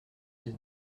dix